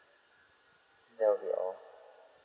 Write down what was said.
that'll be all